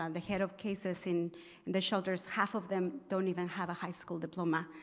um the head of cases in and the shelters, half of them don't even have a high school diploma.